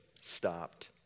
stopped